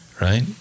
Right